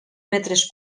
metres